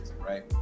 right